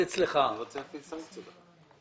על סעיפים 83 עד 87 מחוק הפיקוח על